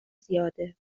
زیاده